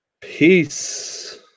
Peace